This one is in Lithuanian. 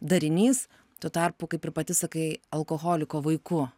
darinys tuo tarpu kaip ir pati sakai alkoholiko vaiku